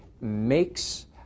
makes